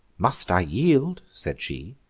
must i yield? said she,